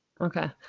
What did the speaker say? Okay